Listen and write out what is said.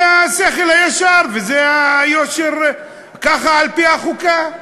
זה השכל הישר וזה היושר, ככה על-פי החוקה.